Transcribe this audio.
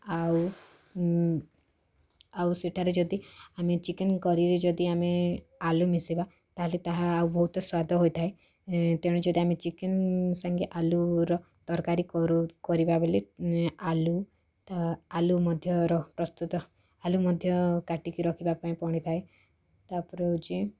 ଆଉ ଆଉ ସେଇଟାରେ ଯଦି ଆମେ ଚିକେନ୍ କରିରେ ଯଦି ଆମେ ଆଳୁ ମିଶେଇବା ତାହେଲେ ତାହା ଆଉ ବହୁତ ସ୍ୱାଦ ହୋଇଥାଏ ଏ ତେଣୁ ଯଦି ଆମେ ଚିକେନ୍ ସାଙ୍ଗେ ଆଳୁର ତରକାରୀ କରୁ କରିବା ବୋଲେ ଏ ଆଳୁ ତ ଆଳୁ ମଧ୍ୟ ପ୍ରସ୍ତୁତ ଆଳୁ ମଧ୍ୟ କାଟିକି ରଖିବାପାଇଁ ପଡ଼ିଥାଏ ତା'ପରେ ହେଉଛି